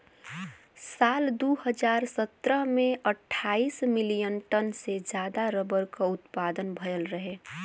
साल दू हज़ार सत्रह में अट्ठाईस मिलियन टन से जादा रबर क उत्पदान भयल रहे